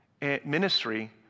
ministry